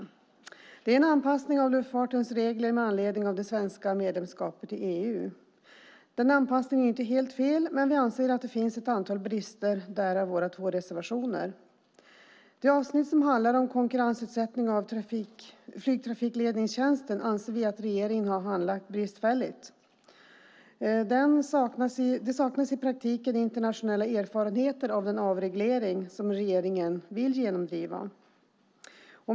Det handlar om en anpassning av luftfartens regler med anledning av det svenska medlemskapet i EU. Denna anpassning är inte helt fel, men vi anser att det finns ett antal brister - därav våra två reservationer. I det avsnitt som handlar om konkurrensutsättning av flygtrafikledningstjänsten anser vi att regeringen har handlat bristfälligt. Det saknas i praktiken internationella erfarenheter av den avreglering som regeringen vill genomdriva.